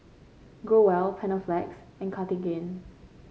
Growell Panaflex and Cartigain